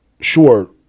sure